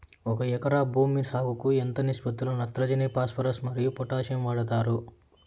ఒక ఎకరా భూమి సాగుకు ఎంత నిష్పత్తి లో నత్రజని ఫాస్పరస్ మరియు పొటాషియం వాడుతారు